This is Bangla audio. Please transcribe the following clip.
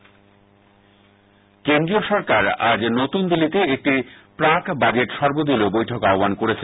সর্বদলীয় বৈঠক কেন্দ্রীয় সরকার আজ নতুন দিল্লিতে একটি প্রাক বাজেট সর্বদলীয় বৈঠক আহ্নান করেছে